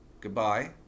Goodbye